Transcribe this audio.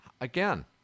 again